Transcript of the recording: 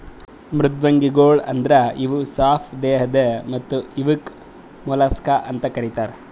ಮೃದ್ವಂಗಿಗೊಳ್ ಅಂದುರ್ ಇವು ಸಾಪ್ ದೇಹದ್ ಮತ್ತ ಇವುಕ್ ಮೊಲಸ್ಕಾ ಅಂತ್ ಕರಿತಾರ್